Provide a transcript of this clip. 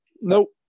Nope